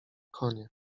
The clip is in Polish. konie